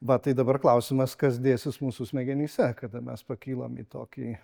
va tai dabar klausimas kas dėsis mūsų smegenyse kada mes pakylam į tokį